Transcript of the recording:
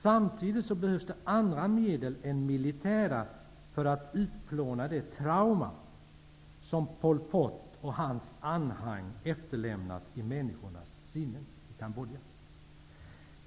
Samtidigt behövs det andra medel än militära för att utplåna det trauma som Pol Pot och hans anhang efterlämnade i människornas sinnen i Kambodja.